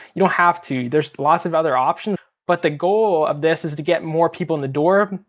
you don't have to, there's lots of other options. but the goal of this is to get more people in the door,